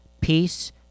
peace